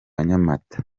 nyamata